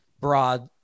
broad